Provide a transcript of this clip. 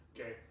Okay